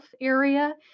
area